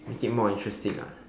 make it more interesting ah